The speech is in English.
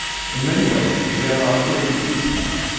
in many ways they are our theory's weak point.